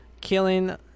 killing